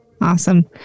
Awesome